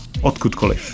odkudkoliv